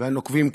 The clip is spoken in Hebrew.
והנוקבים כאחד,